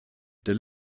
der